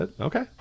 okay